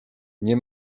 nie